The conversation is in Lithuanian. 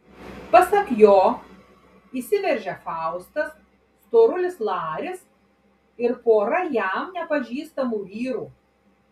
pasak jo įsiveržė faustas storulis laris ir pora jam nepažįstamų vyrų